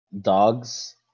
dogs